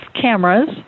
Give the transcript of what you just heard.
cameras